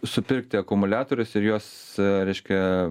supirkti akumuliatorius ir juos reiškia